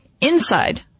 inside